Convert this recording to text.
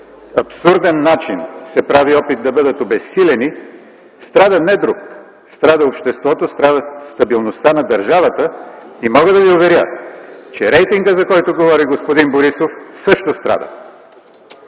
абсурден начин се прави опит да бъдат обезсилени, страда не друг – страда обществото, страдат стабилността на държавата. Мога да ви уверя, че рейтингът, за който говори господин Борисов, също страда.